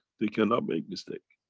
they cannot make mistake.